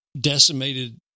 decimated